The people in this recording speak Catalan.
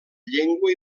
llengua